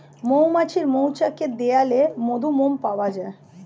মৌমাছির মৌচাকের দেয়ালে মধু, মোম পাওয়া যায়